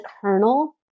kernel